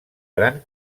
gran